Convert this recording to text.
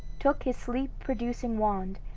took his sleep-producing wand,